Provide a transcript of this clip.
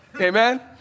amen